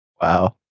Wow